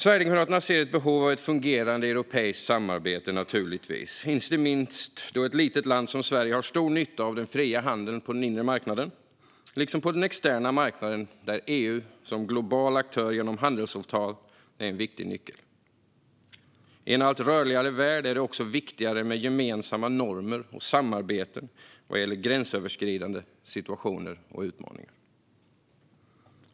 Sverigedemokraterna ser naturligtvis ett behov av ett fungerande europeiskt samarbete, inte minst eftersom ett litet land som Sverige har stor nytta av den fria handeln på den inre marknaden, liksom på den externa marknaden, där EU som global aktör genom handelsavtal är en viktig nyckel. I en allt rörligare värld är det också viktigt med gemensamma normer och samarbeten vad gäller gränsöverskridande situationer och utmaningar.